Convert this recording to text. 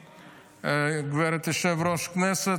גברתי יושבת-ראש הישיבה,